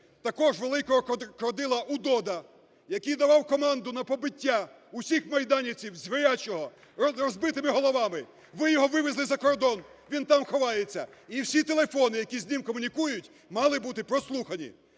також великого крокодила Удода, який давав команду на побиття усіх майданівців, звірячого, з розбитими головами, ви його вивезли за кордон, він там ховається. І всі телефони, які з ним комунікують, мали бути прослухані.